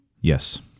Yes